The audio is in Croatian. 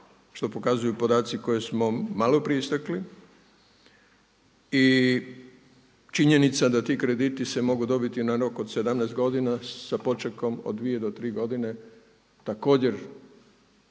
što pokazuju podaci koje smo malo prije stekli. I činjenica da ti krediti se mogu dobiti na rok od 17 godina sa počekom od 2 do 3 godine također